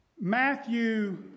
Matthew